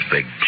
Big